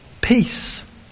Peace